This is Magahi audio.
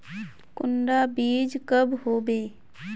कुंडा बीज कब होबे?